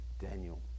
Daniel